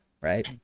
right